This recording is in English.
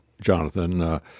Jonathan